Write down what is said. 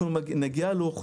נגיע לאוכלוסיות נוספות.